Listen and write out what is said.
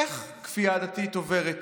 איך כפייה דתית עוברת אתכם?